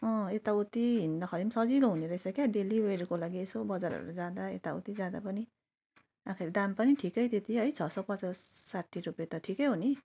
अँ यता उति हिँड्दाखेरि पनि सजिलो हुने रहेछ क्या डेली वेरको लागि यसो बजारहरू जाँदा यउति जाँदा आखिर दाम पनि ठिकै त्यति छ सौ पचास साठी रुपियाँ त ठिकै हो नि